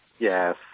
Yes